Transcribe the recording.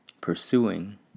Pursuing